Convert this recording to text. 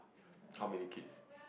how many kids